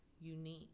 unique